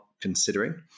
considering